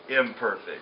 imperfect